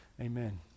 Amen